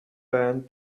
banned